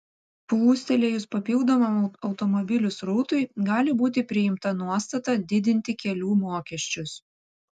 plūstelėjus papildomam automobilių srautui gali būti priimta nuostata didinti kelių mokesčius